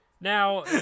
Now